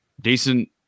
Decent